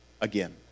again